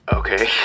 okay